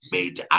Made